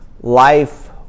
life